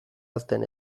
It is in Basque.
hazten